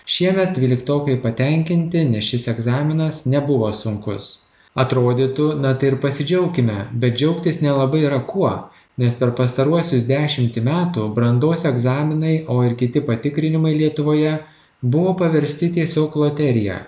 šiemet dvyliktokai patenkinti nes šis egzaminas nebuvo sunkus atrodytų na tai ir pasidžiaukime be džiaugtis nelabai yra kuo nes per pastaruosius dešimtį metų brandos egzaminai o ir kiti patikrinimai lietuvoje buvo paversti tiesiog loterija